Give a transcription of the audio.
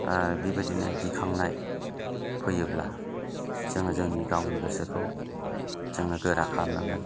बेबादिनो गिखांनाय फैयोब्ला जोङो जोंनि गावनि गोसोखौ जोङो गोरा खालामनांगोन